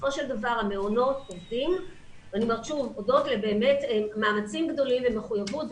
בסופו של דבר המעונות עובדים אודות למאמצים גדולים ומחויבות.